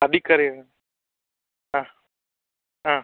ಅಭಿಕರೇಗಾ ಹಾಂ ಹಾಂ